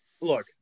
Look